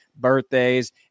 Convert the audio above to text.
birthdays